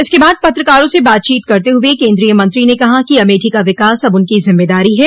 इसके बाद पत्रकारो से बातचीत करते हुए केन्द्रीय मंत्री ने कहा कि अमेठी का विकास अब उनकी जिम्मेदारी है